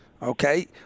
Okay